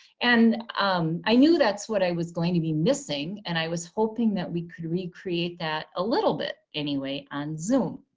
and um i knew that's what i was going to be missing. and i was hoping that we could recreate that a little bit anyway on zoom.